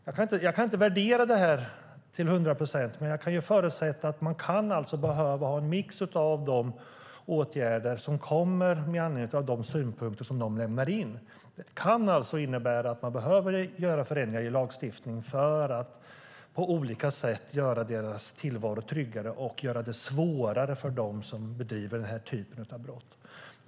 Jag kan inte värdera det till hundra procent, men jag kan förutsätta att det kan behövas en mix av de åtgärder som kommer med anledning av synpunkter som de lämnar in. Det kan innebära att man behöver göra ändringar i lagstiftningen för att på olika sätt göra deras tillvaro tryggare och göra det svårare för dem som begår denna typ av brott.